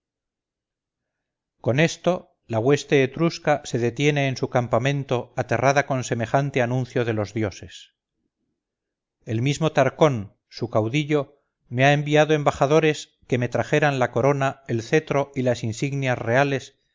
con esto la hueste etrusca se detiene en su campamento aterrada con semejante anuncio de los dioses el mismo tarcón su caudillo me ha enviado embajadores que me trajeran la corona el cetro y las insignias reales